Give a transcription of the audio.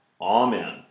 Amen